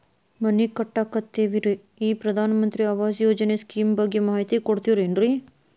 ಮನಿ ಕಟ್ಟಕತೇವಿ ರಿ ಈ ಪ್ರಧಾನ ಮಂತ್ರಿ ಆವಾಸ್ ಯೋಜನೆ ಸ್ಕೇಮ್ ಬಗ್ಗೆ ಮಾಹಿತಿ ಕೊಡ್ತೇರೆನ್ರಿ?